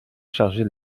chargée